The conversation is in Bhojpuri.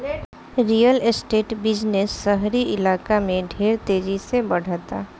रियल एस्टेट बिजनेस शहरी इलाका में ढेर तेजी से बढ़ता